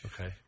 Okay